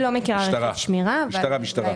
מיליון וחצי השקלים לתכנית